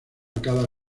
cada